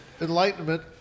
enlightenment